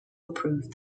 approved